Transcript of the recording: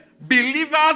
believers